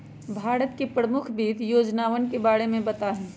भारत के प्रमुख वित्त योजनावन के बारे में बताहीं